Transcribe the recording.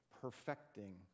perfecting